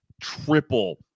triple